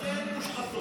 שתיהן מושחתות.